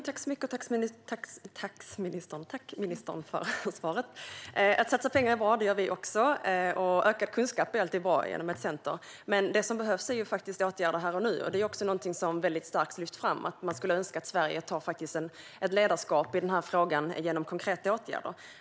Fru talman! Jag tackar ministern för svaret. Att satsa pengar är bra. Det gör även vi. Ökad kunskap genom ett center är också bra. Men det behövs faktiskt åtgärder här och nu. Det är också någonting som har lyfts fram starkt. Man önskar att Sverige tar ett ledarskap i den här frågan genom konkreta åtgärder.